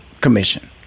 commission